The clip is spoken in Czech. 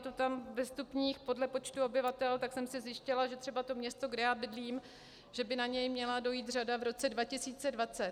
Je to tam ve stupních podle počtu obyvatel, tak jsem si zjistila, že třeba město, kde já bydlím, že by na něm měla dojít řada v roce 2020.